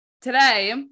today